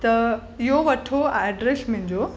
त इहो वठो एड्रेस मुंहिंजो